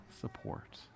support